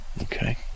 Okay